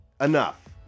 Enough